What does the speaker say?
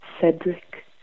Cedric